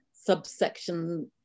subsection